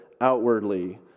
outwardly